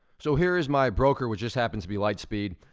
so here is my broker, which just happens to be lightspeed,